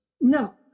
No